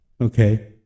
okay